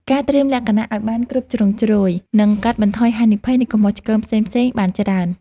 ការត្រៀមលក្ខណៈឱ្យបានគ្រប់ជ្រុងជ្រោយនឹងកាត់បន្ថយហានិភ័យនៃកំហុសឆ្គងផ្សេងៗបានច្រើន។